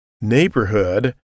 neighborhood